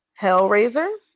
Hellraiser